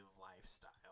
lifestyle